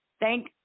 thank